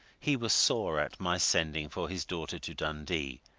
he was sore at my sending for his daughter to dundee,